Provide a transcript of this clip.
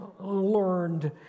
learned